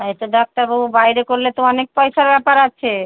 হ্যাঁ তো ডাক্তারবাবু বাইরে করলে তো অনেক পয়সার ব্যাপার আছে